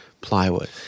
plywood